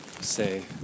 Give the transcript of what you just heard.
say